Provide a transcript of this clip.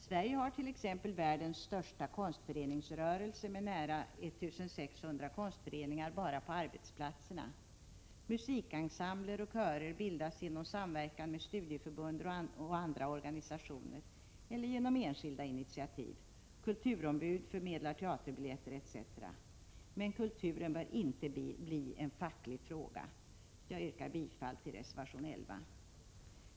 Sverige har t.ex. världens största konstföreningsrörelse med nära 1 600 konstföreningar bara på arbetsplatserna. Musikensembler och körer bildas genom samverkan med studieförbund och andra organisationer eller genom enskilda initiativ, kulturombud förmedlar teaterbiljetter, etc. Men kulturen bör inte bli en facklig fråga. Jag yrkar bifall till reservation 11.